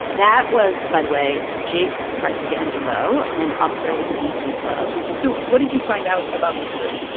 that was, by the way, jake fratangelo, an officer with the d c. club so what did you find out about this group?